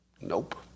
Nope